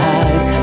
eyes